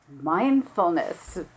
mindfulness